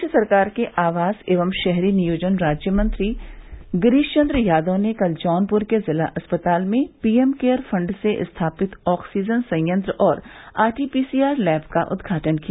प्रदेश सरकार के आवास एवं शहरी नियोजन राज्य मंत्री गिरीश चन्द्र यादव ने कल जौनपुर के जिला अस्पताल में पीएम केयर फण्ड से स्थापित ऑक्सीजन संयंत्र और आरटीपीसीआर लैब का उद्घाटन किया